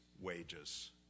wages